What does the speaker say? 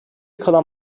kalan